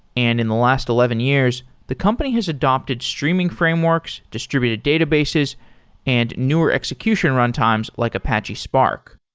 and in the last eleven years, the company has adopted streaming frameworks, distributed databases and newer execution runtimes, like apache spark.